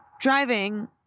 driving